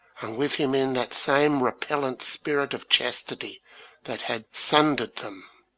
and with him in that same repellent spirit of chastity that had sundered them.